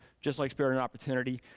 just like spirit and opportunity.